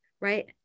right